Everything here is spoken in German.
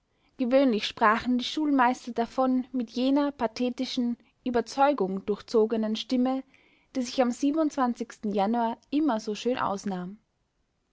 gewöhnlich sprachen die schulmeister davon mit jener pathetischen überzeugungdurchzogenen stimme die sich am januar immer so schön ausnahm